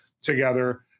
together